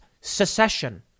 secession